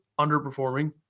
underperforming